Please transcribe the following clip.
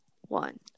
one